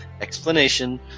explanation